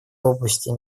области